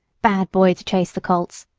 bad boy! to chase the colts.